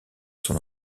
son